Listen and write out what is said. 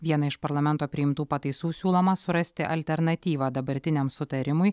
vieną iš parlamento priimtų pataisų siūloma surasti alternatyvą dabartiniam sutarimui